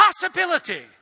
possibility